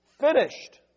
Finished